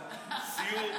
סיור,